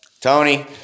Tony